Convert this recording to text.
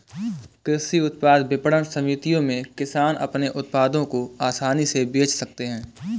कृषि उत्पाद विपणन समितियों में किसान अपने उत्पादों को आसानी से बेच सकते हैं